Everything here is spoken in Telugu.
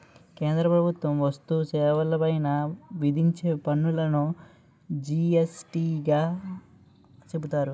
కేంద్ర ప్రభుత్వం వస్తు సేవల పైన విధించే పన్నులును జి యస్ టీ గా చెబుతారు